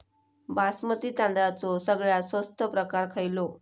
बासमती तांदळाचो सगळ्यात स्वस्त प्रकार खयलो?